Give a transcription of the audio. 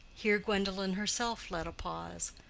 here gwendolen herself left a pause.